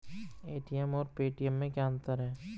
ATM और Paytm में क्या अंतर है?